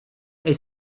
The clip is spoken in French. est